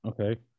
Okay